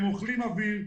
הם אוכלים אוויר,